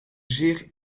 zeer